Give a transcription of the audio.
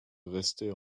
resté